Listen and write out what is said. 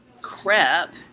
crap